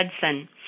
Hudson